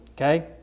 okay